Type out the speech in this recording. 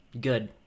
Good